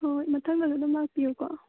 ꯍꯣꯏ ꯃꯊꯪꯗꯁꯨ ꯑꯗꯨꯝ ꯂꯥꯛꯄꯤꯎꯀꯣ